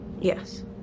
Yes